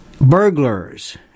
burglars